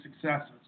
successes